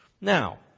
Now